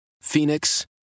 Phoenix